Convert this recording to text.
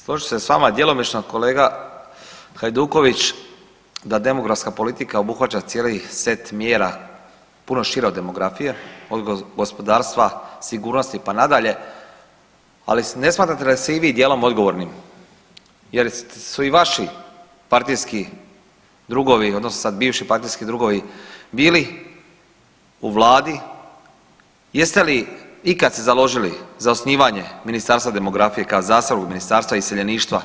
Složit ću se s vama djelomično kolega Hajduković da demografska politika obuhvaća cijeli set mjera, puno šire od demografije, od gospodarstva, sigurnosti, pa nadalje, ali ne smatrate da ste i vi dijelom odgovorni jer su i vaši partijski drugovi odnosno sad bivši partijski drugovi bili u vladi, jeste li ikad se založili za osnivanje Ministarstva demografije kao zasebnog Ministarstva iseljeništva?